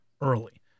early